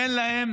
אין להם